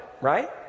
right